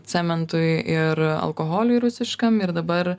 cementui ir alkoholiui rusiškam ir dabar